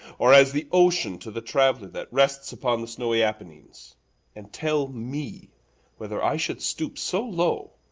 or as the ocean to the traveller that rests upon the snowy appenines and tell me whether i should stoop so low,